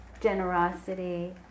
Generosity